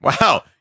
Wow